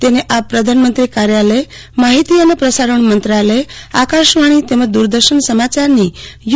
તેને આપ પ્રધાનમંત્રી કાર્યાલય માહિતી અને પ્રસારણ મંત્રાલય આકાશવાણી તેમજ દુરદર્શન સમાચારની યુ